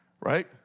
Right